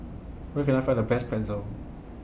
Where Can I Find The Best Pretzel